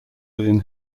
within